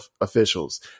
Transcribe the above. officials